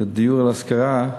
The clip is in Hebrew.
לדיור להשכרה,